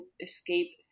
escape